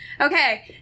Okay